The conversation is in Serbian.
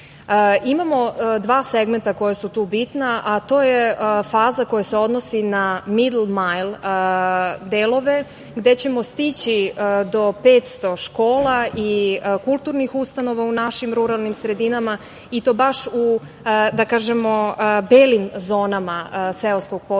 Imamo dva segmenta koja su tu bitna, a to je faza koja se odnosi na „middle mile“ delove, gde ćemo stići do 500 škola i kulturnih ustanova u našim ruralnim sredinama i to baš u, da kažemo, belim zonama seoskog područja